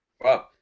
Wow